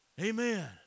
Amen